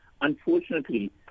unfortunately